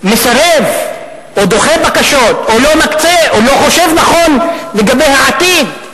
ומסרב או דוחה בקשות או לא מקצה או לא חושב נכון לגבי העתיד,